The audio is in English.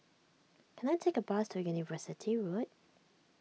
can I take a bus to University Road